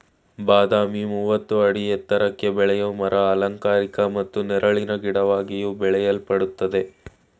ಬಾದಾಮಿ ಮೂವತ್ತು ಅಡಿ ಎತ್ರಕ್ಕೆ ಬೆಳೆಯೋ ಮರ ಅಲಂಕಾರಿಕ ಮತ್ತು ನೆರಳಿನ ಗಿಡವಾಗಿಯೂ ಬೆಳೆಯಲ್ಪಡ್ತದೆ